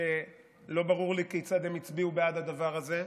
ולא ברור לי כיצד הם הצביעו בעד הדבר הזה.